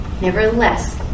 Nevertheless